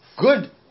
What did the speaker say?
Good